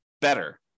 better